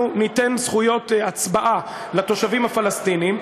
ניתן זכויות הצבעה לתושבים הפלסטינים,